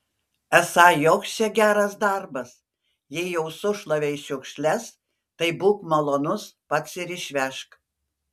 esą joks čia geras darbas jei jau sušlavei šiukšles tai būk malonus pats ir išvežk